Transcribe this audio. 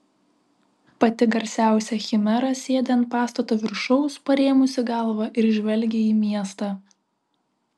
pati garsiausia chimera sėdi ant pastato viršaus parėmusi galvą ir žvelgia į miestą